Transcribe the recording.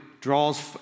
draws